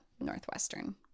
northwestern